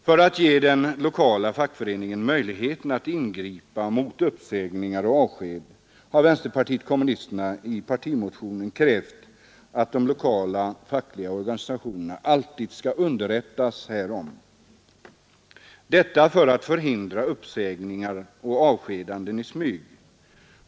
För att ge den lokala fackföreningen möjlighet att ingripa mot uppsägningar och avskedanden har vänsterpartiet kommunisterna i partimotionen krävt att de lokala fackliga organisationerna alltid skall underrättas härom för att förhindra uppsägningar och avskedanden i smyg.